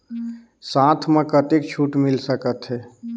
साथ म कतेक छूट मिल सकथे?